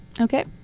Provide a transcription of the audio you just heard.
Okay